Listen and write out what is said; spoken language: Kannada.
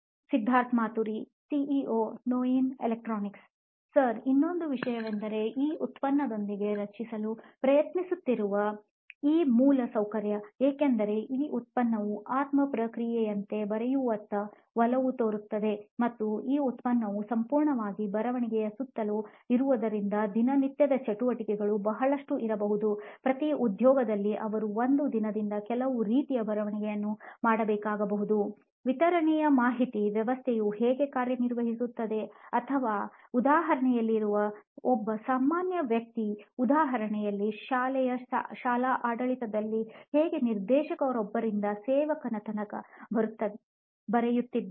ಸಿದ್ಧಾರ್ಥ್ ಮಾತುರಿ ಸಿಇಒ ನೋಯಿನ್ ಎಲೆಕ್ಟ್ರಾನಿಕ್ಸ್ ಸರ್ ಇನ್ನೊಂದು ವಿಷಯವೆಂದರೆ ಈ ಉತ್ಪನ್ನದೊಂದಿಗೆ ರಚಿಸಲು ಪ್ರಯತ್ನಿಸುತ್ತಿರುವ ಈ ಮೂಲಸೌಕರ್ಯ ಏಕೆಂದರೆ ಈ ಉತ್ಪನ್ನವು ಆತ್ಮ ಪ್ರಕ್ರಿಯೆಯಂತೆ ಬರೆಯುವತ್ತ ಒಲವು ತೋರುತ್ತದೆ ಮತ್ತು ಈ ಉತ್ಪನ್ನವು ಸಂಪೂರ್ಣವಾಗಿ ಬರವಣಿಗೆಯ ಸುತ್ತಲೂ ಇರುವುದರಿಂದ ದಿನನಿತ್ಯದ ಚಟುವಟಿಕೆಗಳು ಬಹಳಷ್ಟು ಇರಬಹುದುಪ್ರತಿ ಉದ್ಯೋಗದಲ್ಲಿ ಅವರು ಒಂದು ದಿನದಲ್ಲಿ ಕೆಲವು ರೀತಿಯ ಬರವಣಿಗೆಯನ್ನು ಮಾಡಬೇಕಾಗಬಹುದು ವಿತರಣೆಯ ಮಾಹಿತಿ ವ್ಯವಸ್ಥೆಯು ಹೇಗೆ ಕಾರ್ಯನಿರ್ವಹಿಸುತ್ತದೆ ಅಥವಾ ಉದಾಹರಣೆಯಲ್ಲಿರುವ ಒಬ್ಬ ಸಾಮಾನ್ಯ ವ್ಯಕ್ತಿಯ ಉದಾಹರಣೆಯಲ್ಲಿ ಶಾಲೆಯ ಶಾಲಾ ಆಡಳಿತದಲ್ಲಿ ಹೇಗೆ ನಿರ್ದೇಶಕರೊಬ್ಬರಿಂದ ಸೇವಕರ ತನಕ ಬರೆಯುತ್ತಿದ್ದಾರೆ